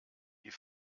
die